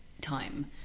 time